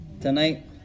Tonight